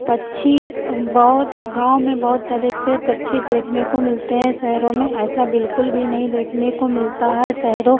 पक्षी बहुत गाँव में बहुत तरह से पक्षी देखने को मिलते हैं शहरों में ऐसा बिल्कुल भी नहीं देखने को मिलता है शहरों